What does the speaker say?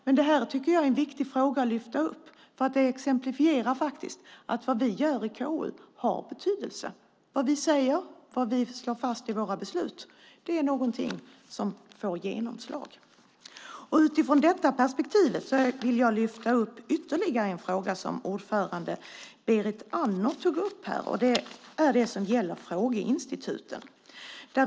Jag tycker att detta är en viktig fråga att lyfta upp. Det exemplifierar att det vi gör i KU har betydelse. Det vi säger och det vi slår fast i våra beslut är någonting som får genomslag. Utifrån detta perspektiv vill jag lyfta upp ytterligare en fråga som ordföranden Berit Andnor tog upp. Det gäller frågeinstituten.